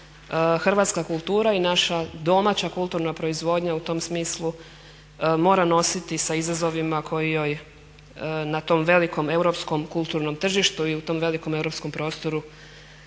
hrvatska kultura i naša domaća kulturna proizvodnja u tom smislu mora nositi sa izazovima koji joj na tom velikom europskom kulturnom tržištu i u tom velikom europskom prostoru